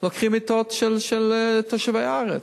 לוקחים מיטות של תושבי הארץ.